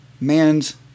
man's